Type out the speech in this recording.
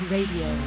Radio